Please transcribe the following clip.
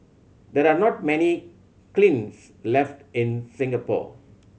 there are not many kilns left in Singapore